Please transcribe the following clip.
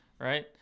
right